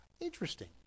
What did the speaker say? Interesting